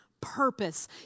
purpose